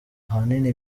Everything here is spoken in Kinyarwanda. ahanini